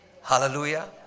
Hallelujah